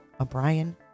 O'Brien